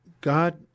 God